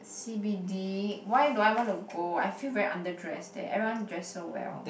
c_b_d why do I want to go I feel very under dressed there everyone dress so well